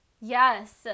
Yes